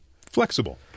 Flexible